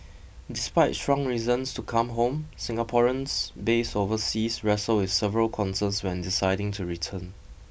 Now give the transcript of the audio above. despite strong reasons to come home Singaporeans based overseas wrestle with several concerns when deciding to return